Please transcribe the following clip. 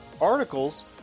articles